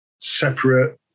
separate